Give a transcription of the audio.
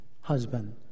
husband